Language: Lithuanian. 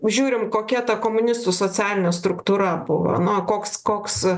žiūrim kokia ta komunistų socialinė struktūra buvo na koks koks